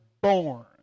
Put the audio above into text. born